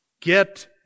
Get